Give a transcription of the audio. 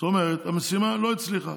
זאת אומרת שהמשימה לא הצליחה.